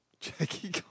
Jackie